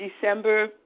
December